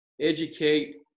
educate